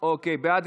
בעד.